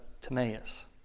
Timaeus